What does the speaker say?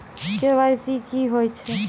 KYC की होय छै?